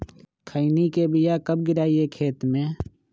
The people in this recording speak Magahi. खैनी के बिया कब गिराइये खेत मे?